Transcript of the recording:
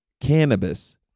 cannabis